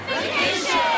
Vacation